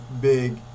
big